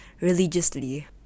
religiously